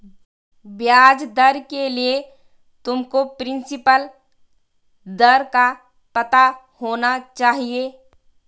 ब्याज दर के लिए तुमको प्रिंसिपल दर का पता होना चाहिए